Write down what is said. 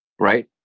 Right